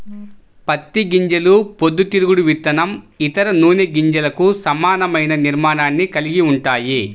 పత్తి గింజలు పొద్దుతిరుగుడు విత్తనం, ఇతర నూనె గింజలకు సమానమైన నిర్మాణాన్ని కలిగి ఉంటాయి